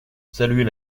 saluez